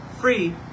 free